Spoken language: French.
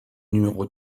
numéro